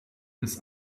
des